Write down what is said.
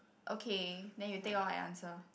okay then you take all I answer